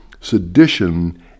sedition